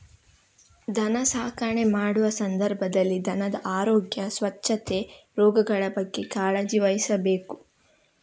ದನ ಸಾಕಣೆ ಮಾಡುವ ಸಂದರ್ಭದಲ್ಲಿ ದನದ ಆರೋಗ್ಯ, ಸ್ವಚ್ಛತೆ, ರೋಗಗಳ ಬಗ್ಗೆ ಕಾಳಜಿ ವಹಿಸ್ಬೇಕು